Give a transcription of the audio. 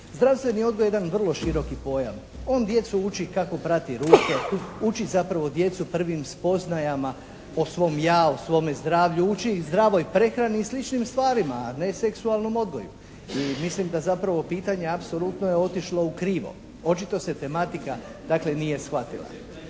Zdravstveni odgoj je jedan vrlo široki pojam. On djecu uči kako prati ruke, uči zapravo djecu prvim spoznajama o svom "ja", o svome zdravlju, uči i zdravoj prehrani i sličnim stvarima, a ne seksualnom odgoju. I mislim da zapravo pitanje apsolutno je otišlo u krivo. Očito se tematika, dakle, nije shvatila.